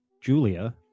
Julia